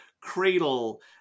cradle